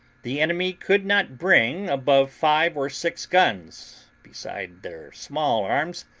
the enemy could not bring above five or six guns, besides their small-arms,